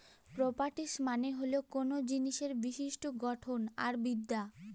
properties মানে হল কোনো জিনিসের বিশিষ্ট্য গঠন আর বিদ্যা